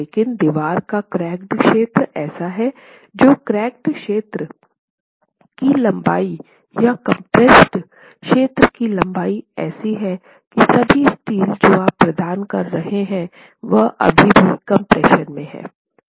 लेकिन दीवार का क्रैकेड क्षेत्र ऐसा है जो क्रैकेड क्षेत्र की लंबाई या कंप्रेस्ड क्षेत्र की लंबाई ऐसी है कि सभी स्टील जो आप प्रदान कर रहे हैं वह अभी भी कम्प्रेशन में हैं